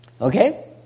Okay